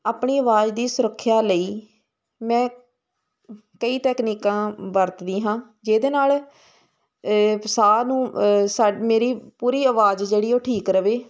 ਆਪਣੀ ਆਵਾਜ਼ ਦੀ ਸੁਰੱਖਿਆ ਲਈ ਮੈਂ ਕਈ ਤਕਨੀਕਾਂ ਵਰਤਦੀ ਹਾਂ ਜਿਹਦੇ ਨਾਲ ਸਾਹ ਨੂੰ ਸ ਮੇਰੀ ਪੂਰੀ ਆਵਾਜ਼ ਜਿਹੜੀ ਉਹ ਠੀਕ ਰਹੇ